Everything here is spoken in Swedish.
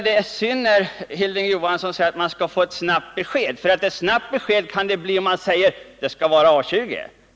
Det är synd att Hilding Johansson begär ett snabbt besked, för ett snabbt besked kan det bara bli om man säger att det skall vara A 20.